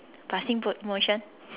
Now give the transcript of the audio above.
passing po~ motion